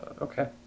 Okay